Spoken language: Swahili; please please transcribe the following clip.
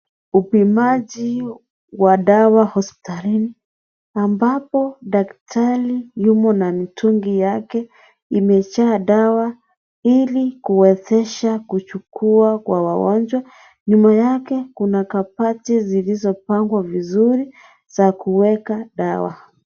Upimaji wa dawa hospitalini ambapo daktari yumo na mitungi yake imejaa dawa ili kuwezesha kuchukua kwa wagonjwa, nyuma yake kuna kabati zilizopangwa vizuri za kuweka dawa.